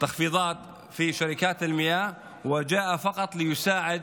חוק הקמת ועדת